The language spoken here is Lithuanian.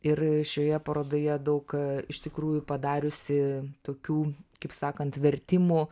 ir šioje parodoje daug iš tikrųjų padariusi tokių kaip sakant vertimų